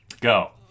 go